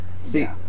see